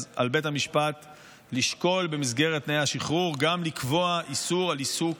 על בית המשפט לשקול במסגרת תנאי השחרור גם לקבוע איסור עיסוק